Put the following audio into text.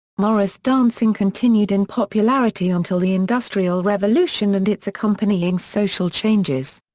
morris dancing continued in popularity until the industrial revolution and its accompanying social changes.